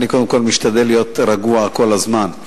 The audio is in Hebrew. אני קודם כול משתדל להיות רגוע כל הזמן,